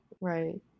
right